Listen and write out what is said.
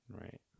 right